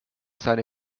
seine